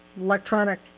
electronic